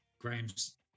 Graham's